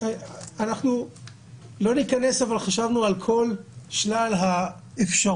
לא ניכנס לזה אבל חשבנו על כל שלל האפשרויות